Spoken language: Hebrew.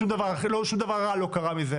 שום דבר רע לא קרה מזה,